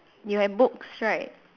you have books right